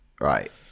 right